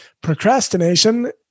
procrastination